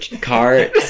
cart